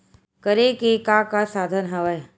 करे के का का साधन हवय?